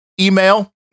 Email